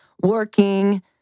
working